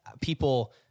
people